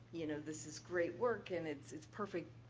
you know this is great work and it's it's perfect,